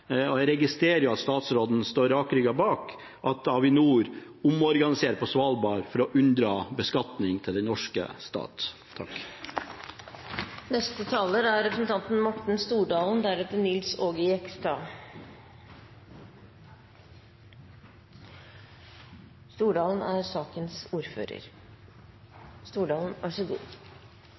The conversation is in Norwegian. Jeg registrerer at statsråden står rakrygget bak at Avinor omorganiserer på Svalbard for å unndra beskatning til den norske stat. Jeg vil bare komme med noen kommentarer. Her brukes det tid på økte kostnader knyttet til ERTMS, og så